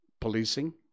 policing